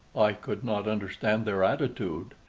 i could not understand their attitude,